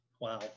Wow